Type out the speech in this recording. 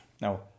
Now